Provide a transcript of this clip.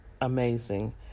amazing